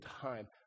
time